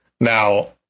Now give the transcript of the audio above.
Now